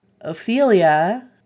Ophelia